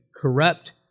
corrupt